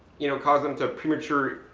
you know, cause them to premature,